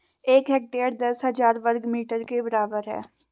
एक हेक्टेयर दस हजार वर्ग मीटर के बराबर है